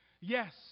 yes